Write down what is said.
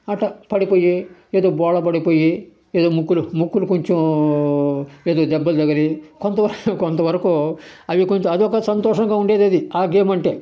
అట్ట పడిపోయి ఎదో బోలా పడిపోయి ఎదో ముక్కులు ముక్కులు కొంచెం ఎదో దెబ్బలు తగిలి కొంత కొంత వరకు అవి కొంత అదొక సంతోషంగా ఉండేదది ఆ గేమ్ అంటే